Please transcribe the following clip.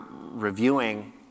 reviewing